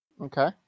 Okay